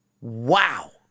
Wow